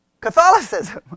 Catholicism